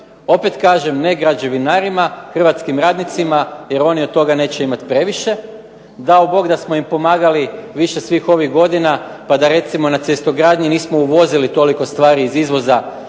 Opet kažem ne građevinarima, hrvatskim radnicima jer oni od toga neće imati previše. Dao Bog da smo im pomagali više svih ovih godina pa da recimo na cestogradnji nismo uvozili toliko stvari iz uvoza